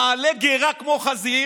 מעלה גרה כמו חזיר